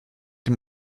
dem